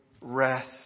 rest